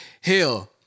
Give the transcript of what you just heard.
hell